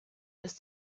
ist